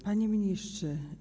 Panie Ministrze!